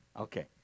okay